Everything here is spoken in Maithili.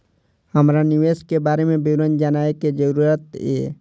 हमरा निवेश के बारे में विवरण जानय के जरुरत ये?